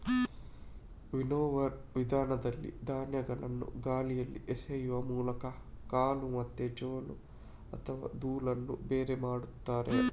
winnower ವಿಧಾನದಲ್ಲಿ ಧಾನ್ಯಗಳನ್ನ ಗಾಳಿಯಲ್ಲಿ ಎಸೆಯುವ ಮೂಲಕ ಕಾಳು ಮತ್ತೆ ಜೊಳ್ಳು ಅಥವಾ ಧೂಳನ್ನ ಬೇರೆ ಮಾಡ್ತಾರೆ